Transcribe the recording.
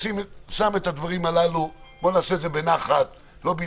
אמרנו רק דבר אחד: צריך להיות סף תחתון שמגדיר